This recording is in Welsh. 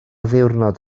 ddiwrnod